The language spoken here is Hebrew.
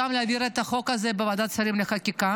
להעביר את החוק הזה בוועדת השרים לחקיקה.